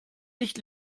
nicht